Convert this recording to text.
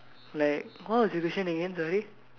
like what was the question again sorry